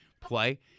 play